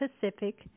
Pacific